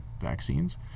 vaccines